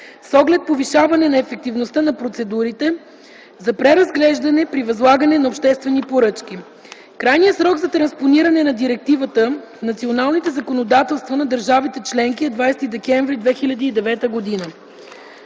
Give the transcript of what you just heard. с оглед повишаване на ефективността на процедурите за преразглеждане при възлагане на обществени поръчки. Крайният срок за транспониране на Директивата в националните законодателства на държавите членки е 20 декември 2009 г.